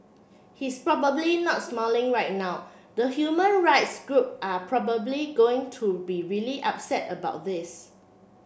he's probably not smiling right now the human rights group are probably going to be really upset about this